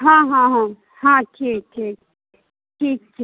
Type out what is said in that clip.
हँ हँ हँ हँ ठीक ठीक ठीक ठीक